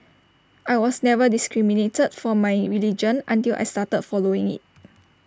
I was never discriminated for my religion until I started following IT